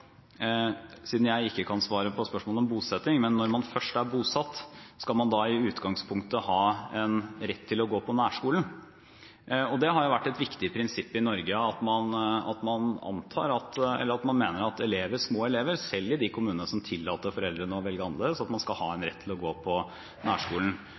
siden jeg ikke kan svare på spørsmål om bosetting – er: Når man først er bosatt, skal man da i utgangspunktet ha rett til å gå på nærskolen? Det har vært et viktig prinsipp i Norge at man mener at små elever, selv i de kommunene som tillater foreldrene å velge annerledes, skal ha rett til å gå på nærskolen.